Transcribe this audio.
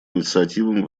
инициативам